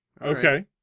Okay